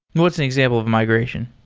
what's an example of a migration?